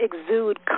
exude